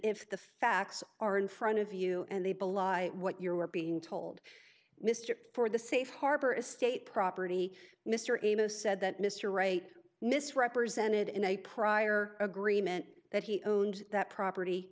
if the facts are in front of you and they belong what you are being told mr ford the safe harbor estate property mr amos said that mr wright misrepresented in a prior agreement that he owned that property